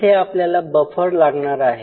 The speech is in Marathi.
इथे आपल्याला बफर लागणार आहे